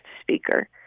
speaker